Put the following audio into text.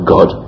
God